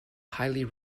highly